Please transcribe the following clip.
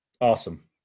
Awesome